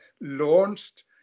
launched